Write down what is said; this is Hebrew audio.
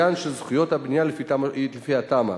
הן כאלה שלא כדאי כלכלית.